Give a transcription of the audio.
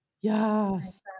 Yes